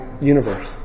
universe